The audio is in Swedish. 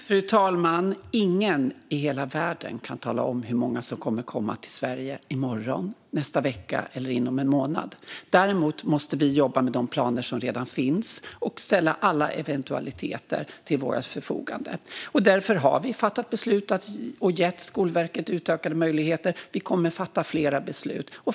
Fru talman! Ingen i hela världen kan tala om hur många som kommer att komma till Sverige i morgon, nästa vecka eller inom en månad. Däremot måste vi jobba med de planer som redan finns och ställa alla eventualiteter till vårt förfogande. Därför har vi fattat beslut och gett Skolverket utökade möjligheter. Vi kommer att fatta fler beslut.